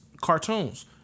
Cartoons